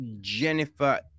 jennifer